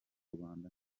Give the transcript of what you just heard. rwanda